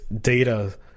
data